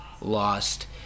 lost